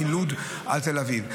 מלוד עד תל אביב,